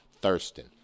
Thurston